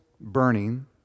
burning